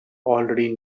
already